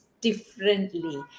differently